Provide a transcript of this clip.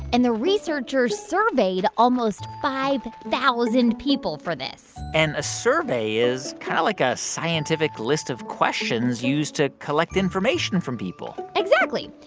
and the researchers surveyed almost five thousand people for this and a survey is kind of like a scientific list of questions used to collect information from people exactly.